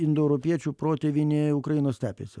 indoeuropiečių protėvynė ukrainos stepėse